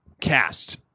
cast